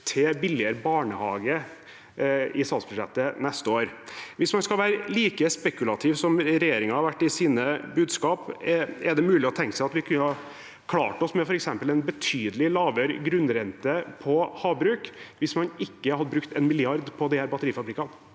til billigere barnehage i statsbudsjettet neste år. Hvis man skal være like spekulativ som regjeringen har vært i sine budskap: Er det mulig å tenke seg at vi kunne ha klart oss med f.eks. en betydelig lavere grunnrente på havbruk, hvis man ikke hadde brukt en milliard på disse batterifabrikkene?